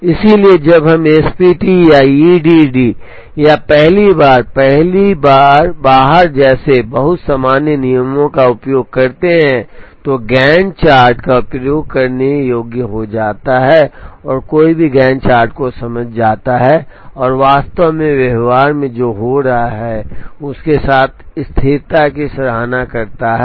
इसलिए जब हम SPT या EDD या पहली बार पहली बार बाहर जैसे बहुत सामान्य नियमों का उपयोग करते हैं तो Gantt चार्ट प्रयोग करने योग्य हो जाता है और कोई भी Gantt चार्ट को समझ सकता है और वास्तव में व्यवहार में जो हो रहा है उसके साथ स्थिरता की सराहना करता है